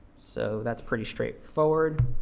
so that's pretty straightforward.